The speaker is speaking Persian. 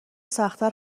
سختتر